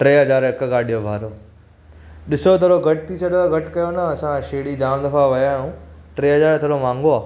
टे हज़ार हिकु गाॾीअ जो भाड़ो ॾिसो थोरो घटि थी सघेव त घटि कयो न असां शिरडी जाम दफ़ा विया आहियूं टे हज़ार थोरो महांगो आहे